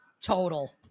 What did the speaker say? total